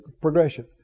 progression